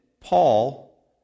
Paul